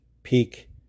peak